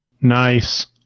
Nice